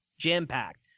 Jam-packed